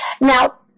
Now